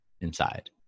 inside